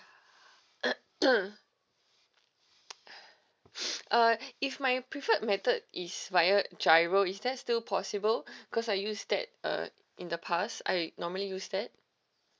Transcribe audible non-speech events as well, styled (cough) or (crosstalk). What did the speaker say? (coughs) (noise) (breath) if my preferred method is via giro is that still possible because I use that uh in the past I normally use that